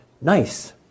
nice